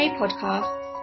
podcasts